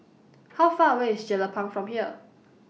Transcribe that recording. How Far away IS Jelapang from here